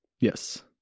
yes